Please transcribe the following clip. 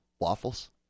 waffles